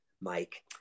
Mike